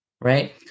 right